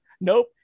Nope